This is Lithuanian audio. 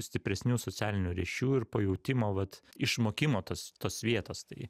stipresnių socialinių ryšių ir pajautimo vat išmokimo tos tos vietos tai